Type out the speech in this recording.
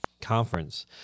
conference